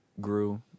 Grew